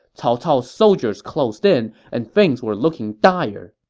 cao cao's soldiers closed in, and things were looking dire.